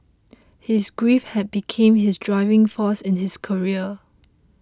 his grief had become his driving force in his career